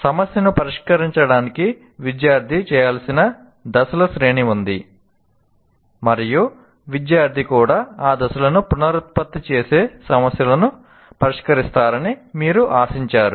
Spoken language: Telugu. సమస్యను పరిష్కరించడానికి విద్యార్థి చేయాల్సిన దశల శ్రేణి ఉంది మరియు విద్యార్థి కూడా ఆ దశలను పునరుత్పత్తి చేసి సమస్యను పరిష్కరిస్తారని మీరు ఆశించారు